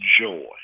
joy